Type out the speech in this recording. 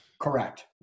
Correct